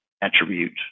attribute